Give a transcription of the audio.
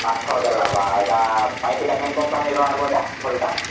ପାଞ୍ଚ ଛଅ ହଜାର ଲାଗ୍ବ ଆଉ ଏଇଟା ପାଇପ୍ଟା କେନ୍ କମ୍ପାନୀର ଆଣବ୍ ଏଇଟା ଭଲ୍ଟା